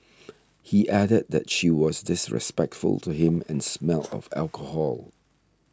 he added that she was disrespectful to him and smelled of alcohol